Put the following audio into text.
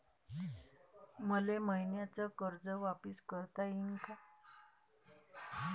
मले मईन्याचं कर्ज वापिस करता येईन का?